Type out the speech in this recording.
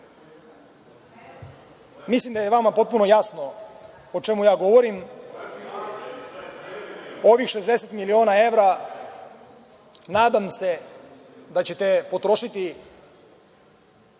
Mislim, da je vama potpuno jasno o čemu govorim, ovih 60 miliona evra, nadam se da ćete potrošiti